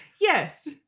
Yes